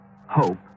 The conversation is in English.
hope